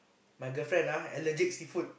my girlfriend ah allergic seafood